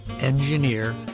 engineer